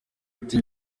ati